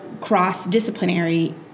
cross-disciplinary